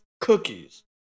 cookies